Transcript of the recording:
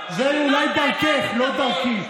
זו אולי דרכך, לא דרכי.